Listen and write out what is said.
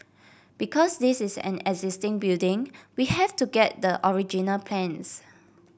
because this is an existing building we have to get the original plans